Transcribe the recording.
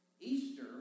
Easter